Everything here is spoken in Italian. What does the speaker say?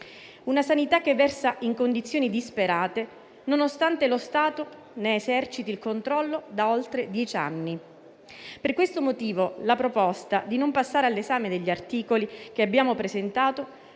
la sanità, che versa in condizioni disperate, nonostante lo Stato ne eserciti il controllo da oltre dieci anni. Per questo motivo, la proposta di non passare all'esame degli articoli NP1 che abbiamo presentato